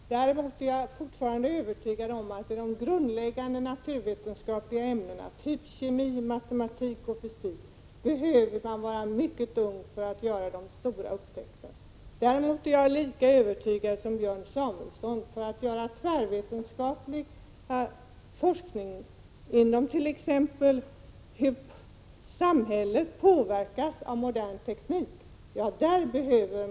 Herr talman! Jag vill sannerligen inte föra det här resonemanget alltför långt. Däremot är jag fortfarande övertygad om att i de grundläggande naturvetenskapliga ämnena, typ kemi, matematik och fysik, behöver man = Prot. 1986/87:131 vara mycket ung för att göra de stora upptäckterna. Däremot är jag lika 26 maj 1987 övertygad som Björn Samuelson om att man behöver samhällserfarenhet för att bedriva tvärvetenskaplig forskning om t.ex. hur samhället påverkas av modern teknik.